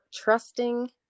trusting